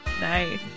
Nice